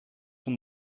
van